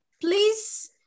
please